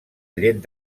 llet